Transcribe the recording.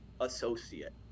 associate